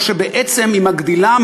או שהיא בעצם מגדילה,